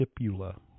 Tipula